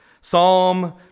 Psalm